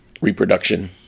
reproduction